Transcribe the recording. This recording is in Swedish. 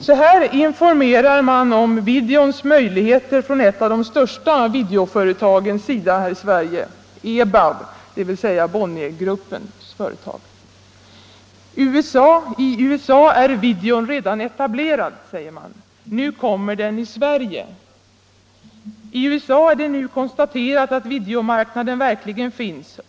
Så här informerar man om videons möjligheter från ett av de största videoföretagen här i Sverige, EBAV, dvs. Bonniergruppens företag: ”I USA är videon redan etablerad. Nu kommer den i Sverige! I USA är det nu konstaterat att videomarknaden verkligen finns.